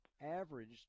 averaged